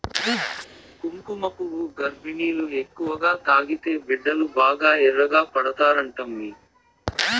కుంకుమపువ్వు గర్భిణీలు ఎక్కువగా తాగితే బిడ్డలు బాగా ఎర్రగా పడతారంటమ్మీ